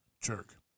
jerk